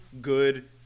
good